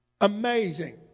Amazing